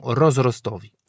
rozrostowi